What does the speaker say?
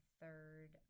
third